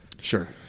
Sure